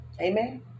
Amen